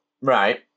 Right